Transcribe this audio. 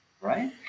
Right